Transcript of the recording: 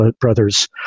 brothers